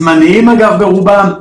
זמניים ברובם.